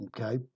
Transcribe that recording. okay